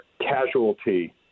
casualty